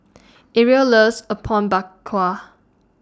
Ariel loves Apom Berkuah